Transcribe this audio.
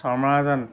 চমৰাজানত